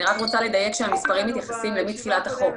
אני רק רוצה לדייק שהמספרים מתייחסים מתחילת החוק,